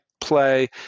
play